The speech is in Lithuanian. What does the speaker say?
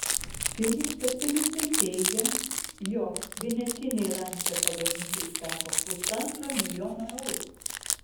vieni specialistai teigia jog vienetinei lancia pagaminti užteko pusantro milijono eurų